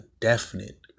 definite